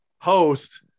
host